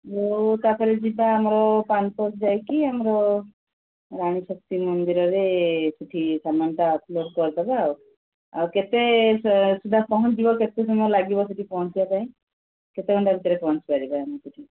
ମୁଁ ତାପରେ ଯିବା ଆମର ପାନ୍ପସ୍ ଯାଇକି ଆମର ରାଣୀ ଶକ୍ତି ମନ୍ଦିରରେ କିଛି ସାମାନଟା ଅପଲୋଡ଼୍ କରିଦେବା ଆଉ ଆଉ କେତେ ସୁଦ୍ଧା ପହଞ୍ଚିବ କେତେ ସମୟ ଲାଗିବ ସେଠି ପହଞ୍ଚିବା ପାଇଁ କେତେ ଘଣ୍ଟା ଭିତରେ ପହଞ୍ଚି ପାରିବା ଆମେ ସେଠି